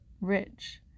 rich